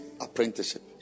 apprenticeship